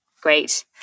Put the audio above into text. Great